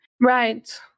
Right